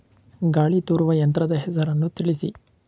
ಗಾಳಿ ತೂರುವ ಯಂತ್ರದ ಹೆಸರನ್ನು ತಿಳಿಸಿ?